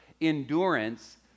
endurance